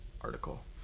article